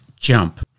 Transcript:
Jump